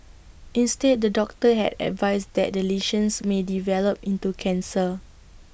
instead the doctor had advised that the lesions may develop into cancer